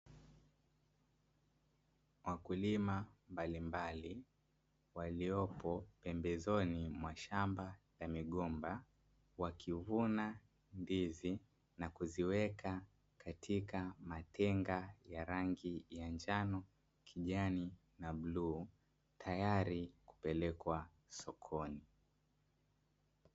Wakulima mbalimbali waliopo pembezoni mwa shamba la migomba, wakivuna ndizi na kuziweka katika matenga ya rangi ya njano, kijani na bluu, tayari kupelekwa sokoni.